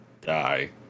die